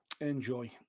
Enjoy